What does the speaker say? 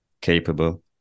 capable